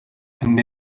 and